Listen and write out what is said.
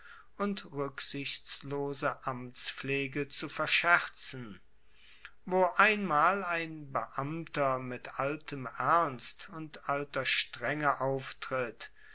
und ruecksichtslose amtspflege zu verscherzen wo einmal ein beamter mit altem ernst und alter strenge auftritt